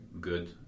good